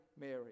Mary